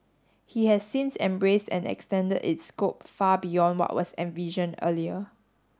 he has since embraced and extended its scope far beyond what was envisioned earlier